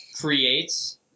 creates